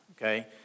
okay